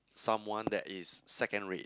someone that is second rate